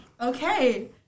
Okay